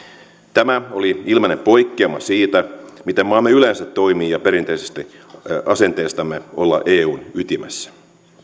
tämä oli ilmeinen poikkeama siitä miten maamme yleensä toimii ja perinteisestä asenteestamme olla eun ytimessä